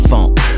Funk